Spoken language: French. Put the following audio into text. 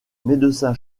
médecin